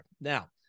Now